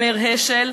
אומר השל: